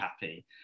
happy